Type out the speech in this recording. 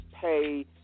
pay